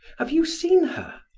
have you seen her?